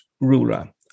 ruler